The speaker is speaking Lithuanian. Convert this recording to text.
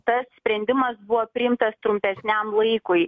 tas sprendimas buvo priimtas trumpesniam laikui